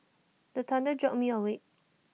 the thunder jolt me awake